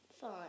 fine